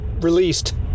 released